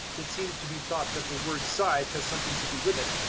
it seems to be thought that the word side has something to do with it,